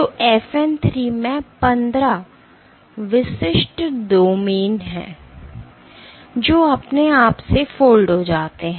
तो FN 3 में 15 विशिष्ट डोमेन हैं जो अपने आप से फोल्ड हो जाते हैं